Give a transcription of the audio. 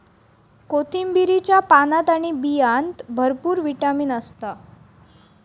कोथिंबीरीच्या पानात आणि बियांत भरपूर विटामीन असता